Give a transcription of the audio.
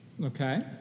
Okay